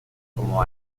como